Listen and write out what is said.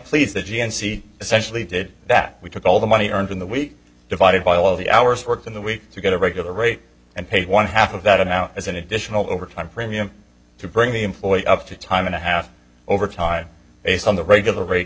please the gnc essentially did that we took all the money earned in the week divided by all of the hours worked in the week to get a regular rate and pay one half of that amount as an additional overtime premium to bring the employee up to time and a half over time based on the regular ra